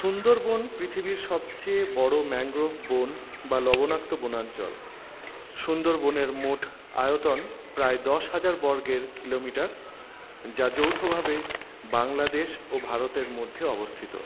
সুন্দরবন পৃথিবীর সবচেয়ে বড়ো ম্যানগ্রোভ বন বা লবনাক্ত বনাঞ্চল সুন্দরবনের মোট আয়তন প্রায় দশ হাজার বর্গের কিলোমিটার যা যৌথভাবে বাংলাদেশ ও ভারতের মধ্যে অবস্থিত